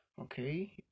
Okay